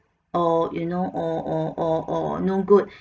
or you know or or or or no good